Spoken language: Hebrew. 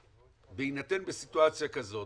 שבהינתן בסיטואציה כזאת,